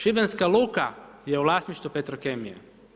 Šibenska luka je u vlasništvu Petrokemije.